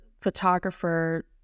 photographer